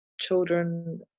children